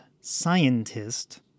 scientist